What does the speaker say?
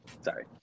Sorry